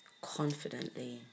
confidently